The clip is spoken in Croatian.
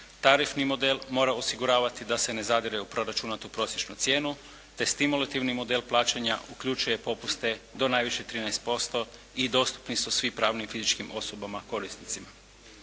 tarifni model mora osiguravati da se ne zadere u proračunatu prosječnu cijenu te stimulativni model plaćanja uključuje popuste do najviše 13% i dostupni su svim pravnim i fizičkim osobama korisnicima.